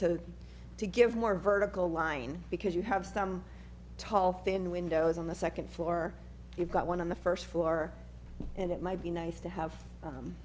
just to give more vertical line because you have some tall thin windows on the second floor you've got one on the first floor and it might be nice to have